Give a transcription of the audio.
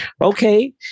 okay